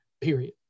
period